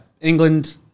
england